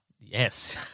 Yes